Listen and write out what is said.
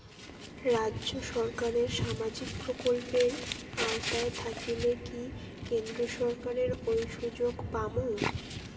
রাজ্য সরকারের সামাজিক প্রকল্পের আওতায় থাকিলে কি কেন্দ্র সরকারের ওই সুযোগ পামু?